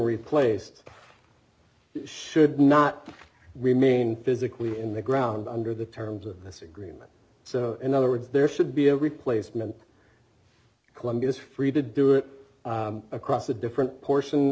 replaced should not remain physically in the ground under the terms of this agreement so in other words there should be a replacement columbus free to do it across a different portion